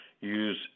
Use